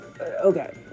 Okay